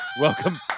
Welcome